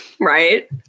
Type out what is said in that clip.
Right